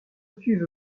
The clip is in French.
cuve